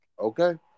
Okay